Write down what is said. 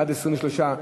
בעד, 23,